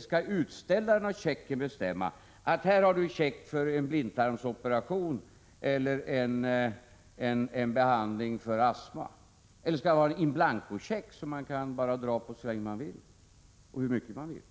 Skall utställaren av checken bestämma och säga att här är en check som betalning för en blindtarmsoperation eller behandling för astma, eller skall man ha in blanco-check som man kan skriva på hur mycket man vill?